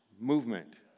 movement